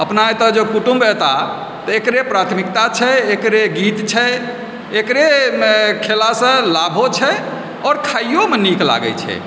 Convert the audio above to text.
अपना एतऽ जे कुटुम्ब एता तऽ एकरे प्राथमिकता छै एकरे गीत छै एकरे खेलासँ लाभो छै आओर खाइयोमे नीक लागै छै